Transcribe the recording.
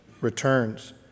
returns